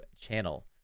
channel